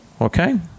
Okay